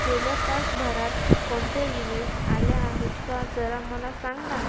गेल्या तासभरात कोणते ईमेल्स आल्या आहेत का जरा मला सांग ना